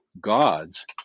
gods